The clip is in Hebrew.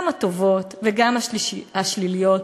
גם הטובות וגם השליליות,